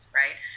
right